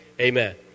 Amen